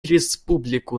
республику